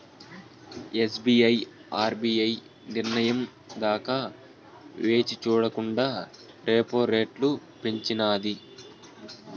SBI RBI నిర్నయం దాకా వేచిచూడకండా రెపో రెట్లు పెంచినాది